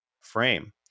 frame